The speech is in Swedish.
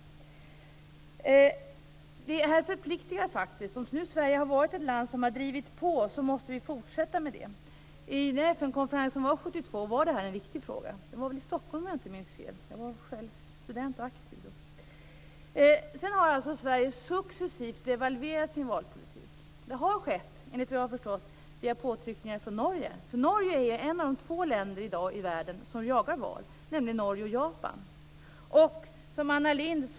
Detta förpliktigar faktiskt. Om Sverige nu har varit ett land som har drivit på måste vi fortsätta med det. Vid FN-konferensen 1972 var detta en viktig fråga. Om jag inte minns fel hölls denna konferens i Stockholm. Jag var student och aktiv då. Sedan dess har Sverige successivt devalverat sin valpolitik. Det har skett, såvitt jag har förstått, via påtryckningar från Norge. Norge är nämligen ett av två länder i världen i dag som jagar val. Det andra landet är Japan.